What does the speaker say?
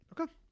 Okay